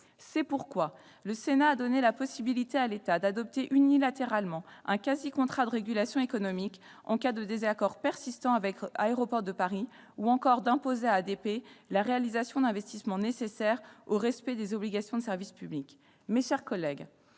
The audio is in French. C'est pourquoi le Sénat a prévu de donner la possibilité à l'État d'adopter unilatéralement un quasi-contrat de régulation économique en cas de désaccord persistant avec ADP ou encore d'imposer à ADP la réalisation d'investissements nécessaires au respect des obligations de service public. Mes chers collègues,